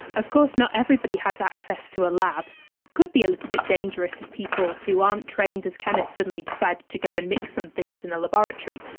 of course not everybody has access to a lab, and it could be a little bit dangerous if people who aren't trained as chemists suddenly decided to go and mix some things in a laboratory,